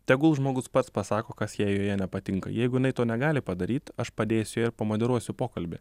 tegul žmogus pats pasako kas jai joje nepatinka jeigu jinai to negali padaryt aš padėsiu jai ir pamoderuosiu pokalbį